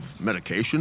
medication